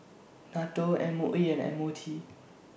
NATO M O E and M O T